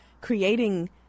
creating